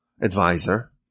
advisor